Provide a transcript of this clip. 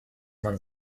man